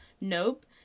Nope